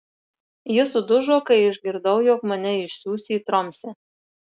ji sudužo kai išgirdau jog mane išsiųs į tromsę